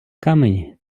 камені